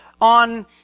on